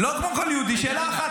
לא כמו כל יהודי, שאלה אחת.